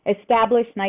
established